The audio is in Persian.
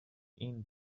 این